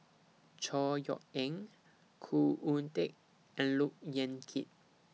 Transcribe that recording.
Chor Yeok Eng Khoo Oon Teik and Look Yan Kit